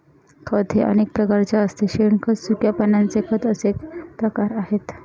खत हे अनेक प्रकारचे असते शेणखत, सुक्या पानांचे खत असे प्रकार आहेत